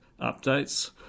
updates